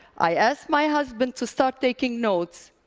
i asked my husband to start taking notes,